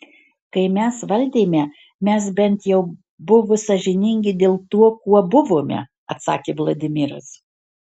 kai mes valdėme mes bent jau buvo sąžiningi dėl tuo kuo buvome atsakė vladimiras